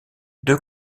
deux